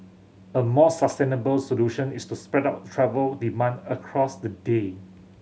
a more sustainable solution is to spread out travel demand across the day